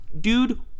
dude